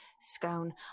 scone